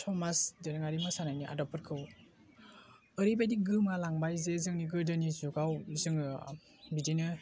समाज दोरोङारि मोसानायनि आदबफोरखौ ओरैबायदि गोमालांबाय जे जोंनि गोदोनि जुगाव जोङो बिदिनो